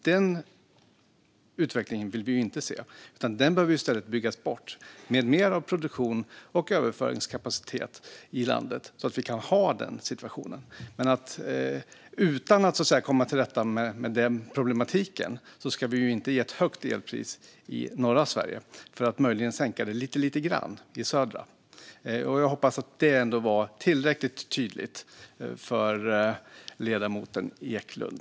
Den utvecklingen vill vi inte se. Det behöver byggas mer produktion och överföringskapacitet i landet. Men när vi försöker komma till rätta med problematiken ska vi inte ha ett högt elpris i norra Sverige för att möjligen kunna sänka det lite grann i södra Sverige. Jag hoppas att det var tillräckligt tydligt för ledamoten Eklund.